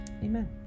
amen